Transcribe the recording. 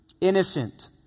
innocent